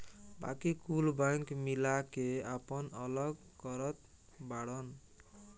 बाकी कुल बैंक मिला के आपन अलग करत बाड़न